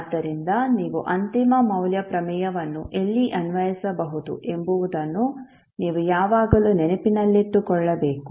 ಆದ್ದರಿಂದ ನೀವು ಅಂತಿಮ ಮೌಲ್ಯ ಪ್ರಮೇಯವನ್ನು ಎಲ್ಲಿ ಅನ್ವಯಿಸಬಹುದು ಎಂಬುದನ್ನು ನೀವು ಯಾವಾಗಲೂ ನೆನಪಿನಲ್ಲಿಟ್ಟುಕೊಳ್ಳಬೇಕು